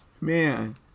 Man